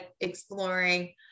exploring